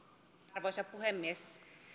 arvoisa puhemies